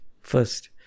first